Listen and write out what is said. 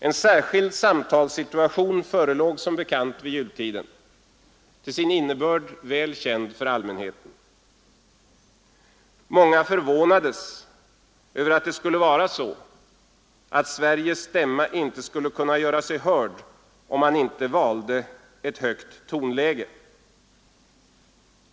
En särskild samtalssituation förelåg som bekant vid jultiden, till sin innebörd välkänd för allmänheten. Många förvånades över att det skulle vara så, att Sveriges stämma inte skulle kunna göra sig hörd om man inte valde ett högt tonläge.